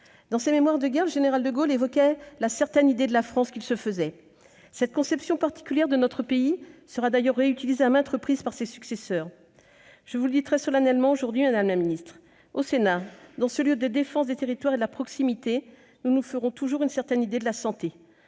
Dans ses, le général de Gaulle évoquait la « certaine idée de la France » qu'il se faisait. Cette conception particulière de notre pays sera d'ailleurs réutilisée à maintes reprises par ses successeurs. Madame la ministre, je vous le dis très solennellement aujourd'hui : au Sénat, dans ce lieu de défense des territoires et de la proximité, nous nous ferons toujours une certaine idée de la santé.